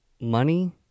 Money